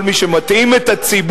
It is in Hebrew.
כל מי שמטעים את הציבור,